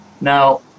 Now